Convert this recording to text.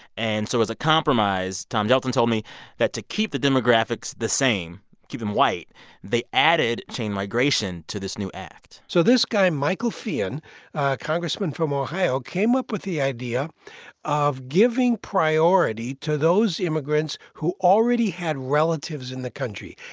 and so as a compromise, tom gjelten told me that to keep the demographics the same keep them white they added chain migration to this new act so this guy michael feighan, a congressman from ohio, came up the idea of giving priority to those immigrants who already had relatives in the country.